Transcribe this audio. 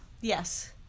Yes